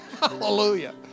Hallelujah